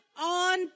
on